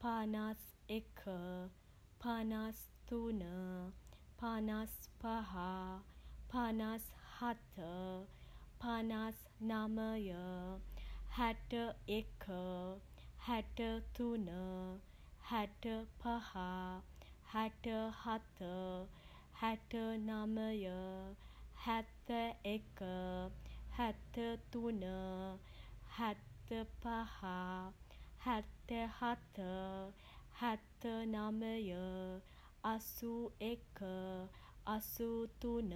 පනස් එක, පනස් තුන, පනස් පහ, පනස් හත, පනස් නමය, හැට එක, හැට තුන, හැට පහ, හැට හත, හැට නමය, හැත්තඑක, හැත්තතුන, හැත්තපහ, හැත්තහත, හැත්තනමය, අසූ එක, අසූ තුන.